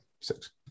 six